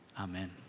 Amen